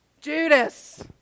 Judas